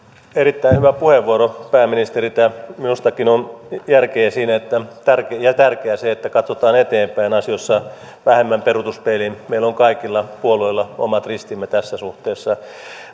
erittäin hyvä puheenvuoro pääministeriltä minustakin on järkeä siinä ja tärkeää se että katsotaan eteenpäin asioissa vähemmän peruutuspeiliin meillä on kaikilla puolueilla omat ristimme tässä suhteessa